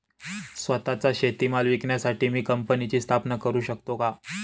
स्वत:चा शेतीमाल विकण्यासाठी मी कंपनीची स्थापना करु शकतो का?